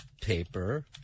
paper